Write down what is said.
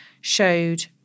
showed